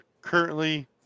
currently